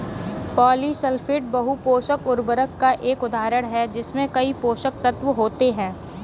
polysulphate बहु पोषक उर्वरक का एक उदाहरण है जिसमें कई पोषक तत्व होते हैं